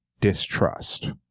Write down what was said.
distrust